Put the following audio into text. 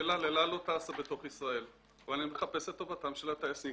אל על לא טסה בתוך ישראל אבל אם מחפשים את טובתם של הטייסים,